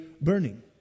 burning